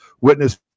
witness